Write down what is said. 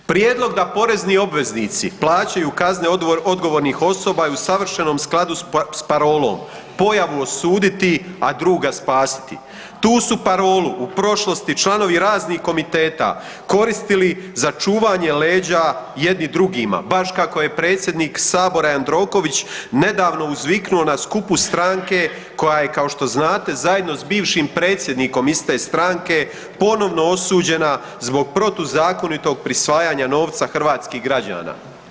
Prijedlog da porezni obveznici plaćaju kazne odgovornih osoba je u savršenom skladu sa parolom „Pojavu osuditi, a druga spasiti“, tu su parolu u prošlosti članovi raznih komiteta koristili za čuvanje leđa jedni drugima, baš kako je predsjednik Sabora Jandroković nedavno uzviknuo na skupu stranke koja je kao što znate, zajedno sa bivšim predsjednikom iste stranke, ponovno osuđena zbog protuzakonitog prisvajanja novca hrvatskih građana.